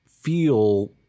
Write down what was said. feel